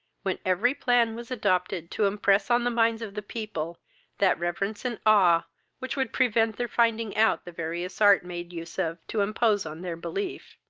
when every plan was adopted to impress on the minds of the people that reverence and awe which would prevent their finding out the various arts made use of to impose on their belief.